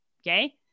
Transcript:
Okay